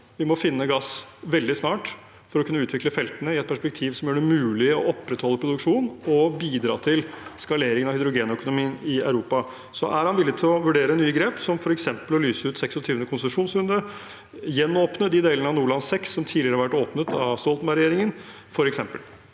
Vi må finne gass veldig snart for å kunne utvikle feltene i et perspektiv som gjør det mulig å opprettholde produksjon og bidra til skaleringen av hydrogenøkonomien i Europa. Er statsråden villig til å vurdere nye grep, som f.eks. å lyse ut 26. konsesjonsrunde, og å gjenåpne de delene av Nordland VI som tidligere har vært åpnet av Stoltenberg-regjeringen? Statsråd